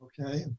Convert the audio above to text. Okay